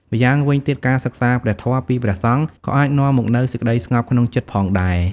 ម្យ៉ាងវិញទៀត ការសិក្សាព្រះធម៌ពីព្រះសង្ឃ ក៏អាចនាំមកនូវសេចក្ដីស្ងប់ក្នុងចិត្តផងដែរ។